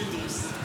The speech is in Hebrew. פינדרוס.